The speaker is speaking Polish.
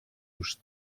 już